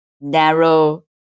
narrow